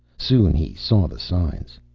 soon he saw the signs.